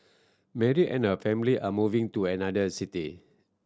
Mary and her family are moving to another city